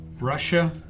Russia